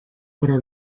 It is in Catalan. però